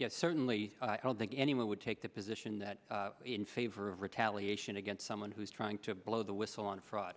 fraud certainly i don't think anyone would take the position that in favor of retaliation against someone who's trying to blow the whistle on fraud